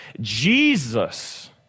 Jesus